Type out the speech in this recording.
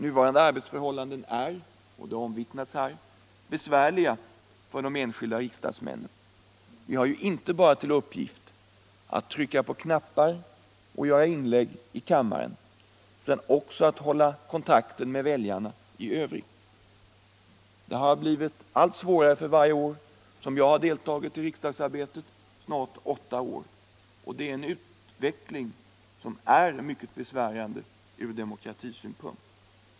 Nuvarande arbetsförhållanden är mycket besvärliga för enskilda riksdagsmän. Det har också omvittnats här. Vi har ju inte bara till uppgift att trycka på knappar och göra inlägg i kammaren utan också att hålla kontakten med väljarna och samhället i övrigt. Detta har för varje år som jag deltagit i riksdagsarbetet, det är nu snart åtta år, blivit allt svårare. Det är en utveckling som är mycket besvärande ur demokratisynpunkt.